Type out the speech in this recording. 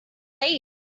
late